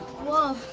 whoa,